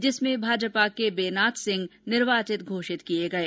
जिसमें भाजपा के बेनाथ सिंह निर्वाचित घोषित किये गये